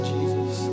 Jesus